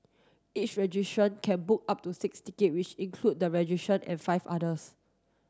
each registrant can book up to six ticket which include the registrant and five others